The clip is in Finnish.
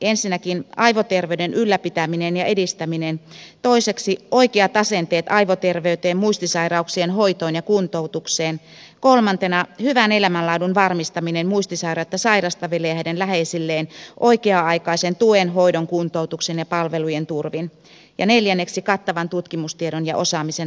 ensinnäkin aivoterveyden ylläpitäminen ja edistäminen toiseksi oikeat asenteet aivoterveyteen muistisairauksien hoitoon ja kuntoutukseen kolmantena hyvän elämänlaadun varmistaminen muistisairautta sairastaville ja heidän läheisilleen oikea aikaisen tuen hoidon kuntoutuksen ja palvelujen turvin ja neljänneksi kattavan tutkimustiedon ja osaamisen vahvistaminen